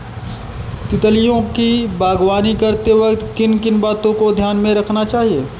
तितलियों की बागवानी करते वक्त किन किन बातों को ध्यान में रखना चाहिए?